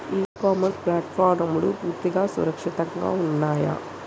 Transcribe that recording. ఇ commerce ప్లాట్ఫారమ్లు పూర్తిగా సురక్షితంగా ఉన్నయా?